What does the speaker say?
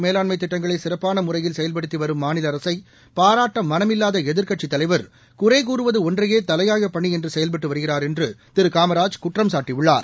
மேலாண்மைதிட்டங்களைசிறப்பானமுறையில் இதுபோன்றநீர் செயல்படுத்திவரும் மாநிலஅரசைபாராட்டமனமில்லாதஎதிர்க்கட்சித் தலைவர் குறைகூறுவதுஒன்றையேதலையாயபணிஎன்றுசெயல்பட்டுவருகிறார் என்றுதிருகாமராஜ் குற்றம் சாட்டியுள்ளார்